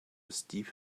steep